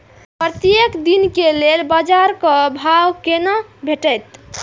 प्रत्येक दिन के लेल बाजार क भाव केना भेटैत?